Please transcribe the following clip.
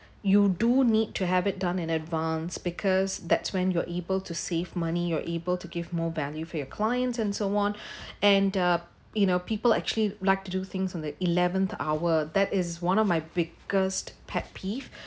you do need to have it done in advance because that's when you're able to save money you are able to give more value for your client and so on and uh you know people actually like to do things on the eleventh hour that is one of my biggest pet peeve